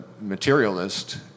materialist